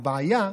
הבעיה,